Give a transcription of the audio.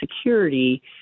Security